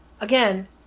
again